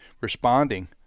responding